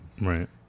right